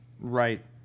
Right